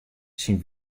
syn